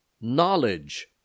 knowledge